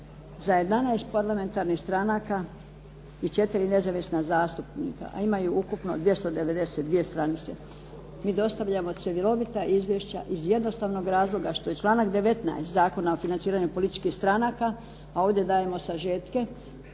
za 11 parlamentarnih stranaka i 4 nezavisna zastupnika, a ima ih ukupno 292 str. Mi dostavljamo cjelovita izvješća iz jednostavnog razloga što je članak 19. Zakona o financiranju političkih stranaka, a ovdje dajemo sažetke